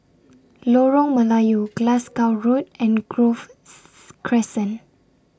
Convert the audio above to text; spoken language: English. Lorong Melayu Glasgow Road and Grove Crescent